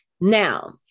Now